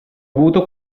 avuto